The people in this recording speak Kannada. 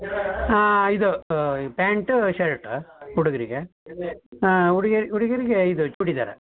ಹಾಂ ಇದು ಈ ಪ್ಯಾಂಟು ಶರ್ಟ್ ಹುಡುಗರಿಗೆ ಹುಡುಗಿಯರಿಗೆ ಹುಡುಗಿರಿಗೇ ಇದು ಚೂಡಿದಾರ